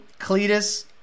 Cletus